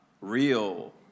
real